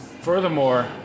Furthermore